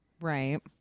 Right